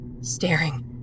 staring